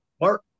Mark